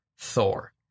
Thor